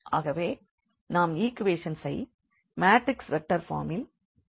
ஆகவே நாம் ஈக்வேஷன்ஸ் ஐ மாட்ரிக்ஸ் வெக்டர் ஃபார்மில் ல் எழுத இயலும்